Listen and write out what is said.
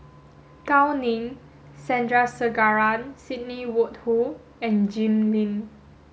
Gao Ning Sandrasegaran Sidney Woodhull and Jim Lim